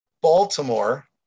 Baltimore